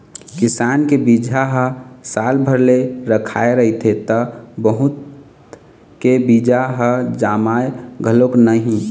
किसान के बिजहा ह साल भर ले रखाए रहिथे त बहुत के बीजा ह जामय घलोक नहि